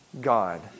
God